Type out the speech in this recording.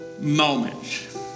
moments